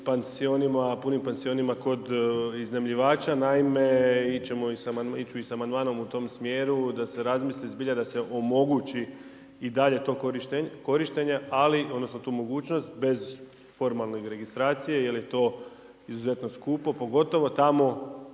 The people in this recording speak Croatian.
punim pansionima kod iznajmljivača. Naime ići ću i sa amandmanom u tom smjeru, da se razmisli, zbilja da se omogući i dalje korištenje ali, odnosno, tu mogućnost, bez formalne registracije, jer je to izuzetno skupo, pogotovo tamo